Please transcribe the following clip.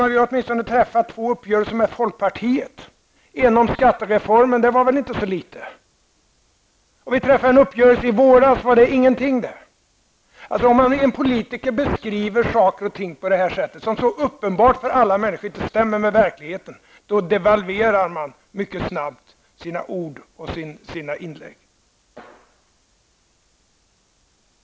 Men vi har ju åtminstone träffat två uppgörelser med folkpartiet, varav en gällde skattereformen. Och det var väl inte så litet? Vi träffade i våras en uppgörelse. Var det ingenting? Om man som politiker beskriver saker och ting på detta sätt, så att det är uppenbart för alla människor att det inte stämmer överens med verkligheten, då devalverar man mycket snabbt sina ord och sina inlägg.